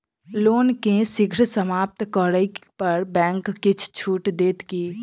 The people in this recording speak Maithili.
लोन केँ शीघ्र समाप्त करै पर बैंक किछ छुट देत की